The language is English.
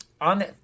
On